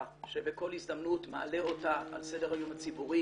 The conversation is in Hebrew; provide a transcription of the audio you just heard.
שבכל הזדמנות מעלה אותה על סדר היום הציבורי.